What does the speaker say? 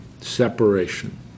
separation